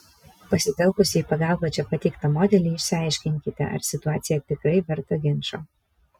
pasitelkusi į pagalbą čia pateiktą modelį išsiaiškinkite ar situacija tikrai verta ginčo